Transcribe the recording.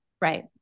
Right